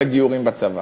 את הגיורים בצבא.